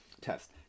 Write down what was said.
Test